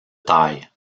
taille